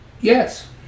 Yes